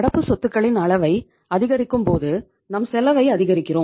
நடப்பு சொத்துக்களின் அளவை அதிகரிக்கும்போது நம் செலவை அதிகரிக்கிறோம்